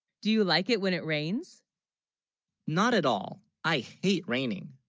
do you, like it when it rains not at all i hate raining